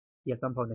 यह संभव नहीं है